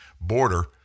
border